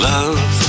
Love